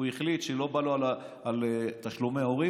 הוא החליט שלא בא לו על תשלומי הורים.